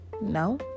No